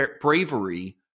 bravery